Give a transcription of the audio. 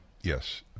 Yes